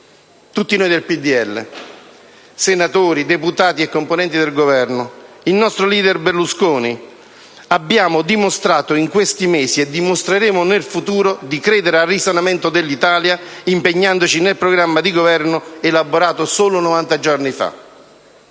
Tutti noi del PdL, senatori, deputati e componenti del Governo, il nostro *leader* Berlusconi, abbiamo dimostrato in questi mesi, e dimostreremo nel futuro, di credere al risanamento dell'Italia impegnandoci nel programma di Governo elaborato solo novanta giorni fa.